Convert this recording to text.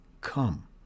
come